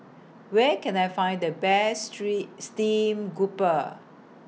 Where Can I Find The Best Street Stream Grouper